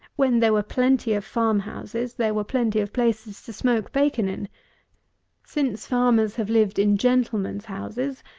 when there were plenty of farm houses there were plenty of places to smoke bacon in since farmers have lived in gentleman's houses,